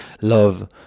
love